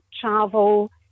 travel